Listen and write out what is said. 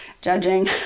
judging